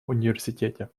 университете